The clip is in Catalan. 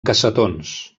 cassetons